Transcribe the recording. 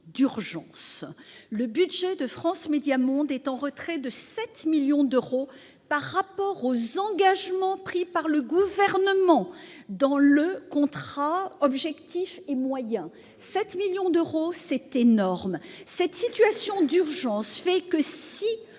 a urgence : le budget de France Médias Monde est en retrait de 7 millions d'euros par rapport aux engagements pris par le Gouvernement dans le contrat d'objectifs et de moyens. C'est énorme ! Cette situation d'urgence fait que, si